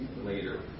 Later